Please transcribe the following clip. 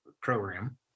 program